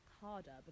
harder